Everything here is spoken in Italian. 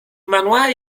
manuale